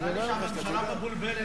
נראה לי שהממשלה מבולבלת.